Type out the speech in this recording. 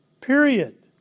Period